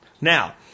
Now